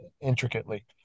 intricately